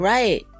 Right